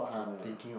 ya